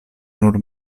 nur